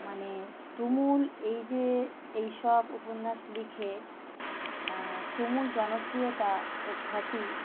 মানে তুমুল এই যে এই সব উপন্যাস লিখে তুমুল জনপ্রিয়তা ও খ্যাতি